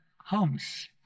homes